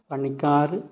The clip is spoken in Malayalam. പണിക്കാർ